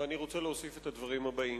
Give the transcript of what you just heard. ואני רוצה להוסיף את הדברים הבאים.